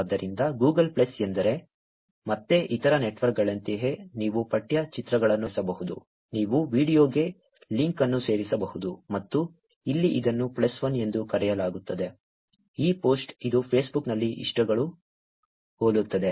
ಆದ್ದರಿಂದ Google plus ಎಂದರೆ ಮತ್ತೆ ಇತರ ನೆಟ್ವರ್ಕ್ಗಳಂತೆಯೇ ನೀವು ಪಠ್ಯ ಚಿತ್ರಗಳನ್ನು ಸೇರಿಸಬಹುದು ನೀವು ವೀಡಿಯೊಗೆ ಲಿಂಕ್ ಅನ್ನು ಸೇರಿಸಬಹುದು ಮತ್ತು ಇಲ್ಲಿ ಇದನ್ನು 1 ಎಂದು ಕರೆಯಲಾಗುತ್ತದೆ ಈ ಪೋಸ್ಟ್ ಇದು ಫೇಸ್ಬುಕ್ನಲ್ಲಿ ಇಷ್ಟಗಳು ಹೋಲುತ್ತದೆ